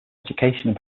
education